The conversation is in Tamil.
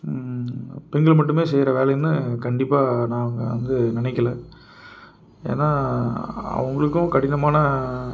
பெண்கள் மட்டுமே செய்கிற வேலைன்னு கண்டிப்பாக நாங்கள் வந்து நினைக்கல ஏன்னா அவங்களுக்கும் கடினமான